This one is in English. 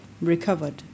recovered